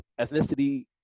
ethnicity